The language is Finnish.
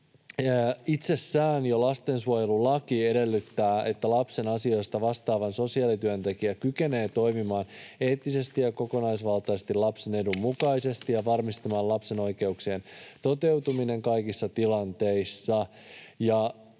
Itsessään jo lastensuojelulaki edellyttää, että lapsen asioista vastaava sosiaalityöntekijä kykenee toimimaan eettisesti ja kokonaisvaltaisesti lapsen edun mukaisesti ja varmistamaan lapsen oikeuksien toteutumisen kaikissa tilanteissa.